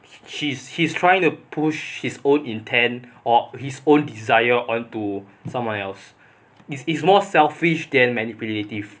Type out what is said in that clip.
he's he's trying to push his own intent or his own desire onto someone else is is more selfish than manipulative